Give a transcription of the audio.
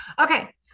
okay